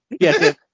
yes